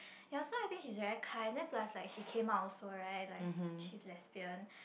ya so I think she is very kind then plus like she came out also right like she's lesbian